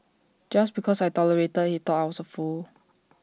just because I tolerated he thought I was A fool